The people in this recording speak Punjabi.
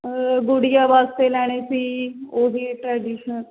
ਗੁੜੀਆ ਵਾਸਤੇ ਲੈਣੇ ਸੀ ਉਹੀ ਟਰੈਡੀਸ਼ਨਲ